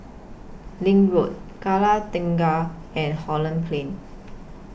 LINK Road Kallang Tengah and Holland Plain